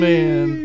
Man